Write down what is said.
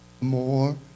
more